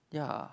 ya